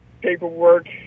paperwork